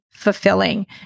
Fulfilling